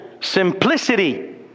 simplicity